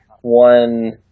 one